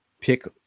pick